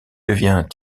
devient